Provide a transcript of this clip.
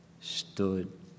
stood